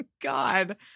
God